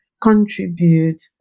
contribute